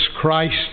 Christ